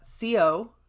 co